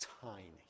tiny